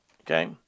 Okay